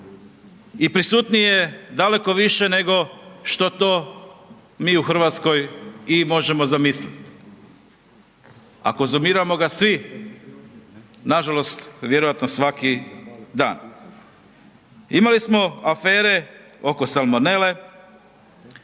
i prisutnije je daleko više nego što to mi u Hrvatskoj i možemo zamisliti, a konzumiramo ga svi nažalost vjerojatno svaki dan. Imali smo afere oko salmonele,